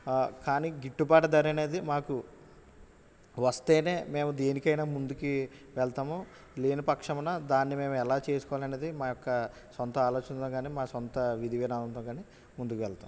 కానీ గిట్టుబాటు ధర అనేది మాకు వస్తేనే మేము దేనికైనా ముందుకి వెళతాము లేని పక్షంలో దాన్ని మేము ఎలా చేసుకోవాలి అనేది మా యొక్క సొంత ఆలోచనలో కానీ మా సొంత విధి విధానంతో కానీ ముందుకు వెళతాము